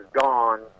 gone